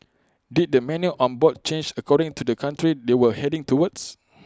did the menu on board change according to the country they were heading towards